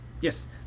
Yes